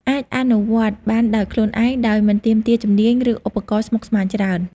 អាចអនុវត្តបានដោយខ្លួនឯង ដោយមិនទាមទារជំនាញ ឬឧបករណ៍ស្មុគស្មាញច្រើន។